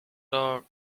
dog